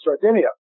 Sardinia